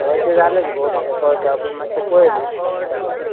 हय तें जालेंच गो म्हाका कळटा पूण मात्शें पय न्हू जाता जाल्यार